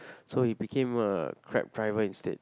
so he became a Grab driver instead